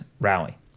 rally